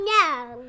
no